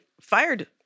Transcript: fired